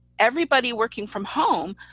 everybody working from home,